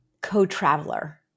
co-traveler